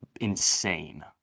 insane